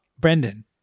Brendan